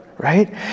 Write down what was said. right